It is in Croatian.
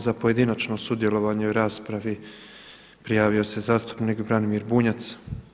Za pojedinačno sudjelovanje u raspravi prijavio se zastupnik Branimir Bunjac.